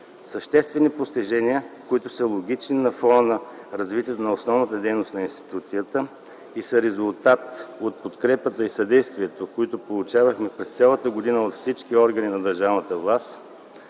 Съществени постижения, които са логични на фона на развитието на основната дейност на институцията и са резултат от подкрепата и съдействието, които получавахме през цялата година от всички органи на държавната власт,